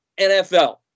NFL